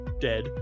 dead